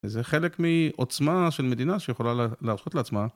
זה חלק מעוצמה של מדינה שיכולה להרשות לעצמה.